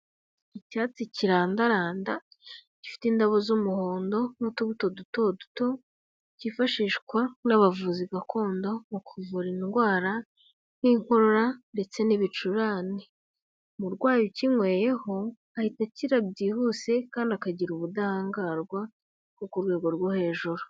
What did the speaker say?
Icyatsi kirandaranda gifite indabo z'umuhondo n'utubuto dutoduto, kifashishwa n'abavuzi gakondo mu kuvura indwara, nk'inkorora ndetse n'ibicurane. Umurwayi ukinyweyeho ahita akira byihuse kandi akagira ubudahangarwa bwo ku rwego rwo hejuru.